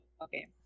Okay